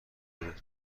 برد